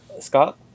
Scott